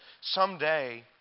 someday